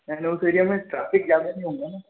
यानि उस एरिया में ट्राफिक ज़्यादा तो नहीं होंगे ना